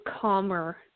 calmer